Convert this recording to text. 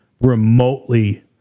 remotely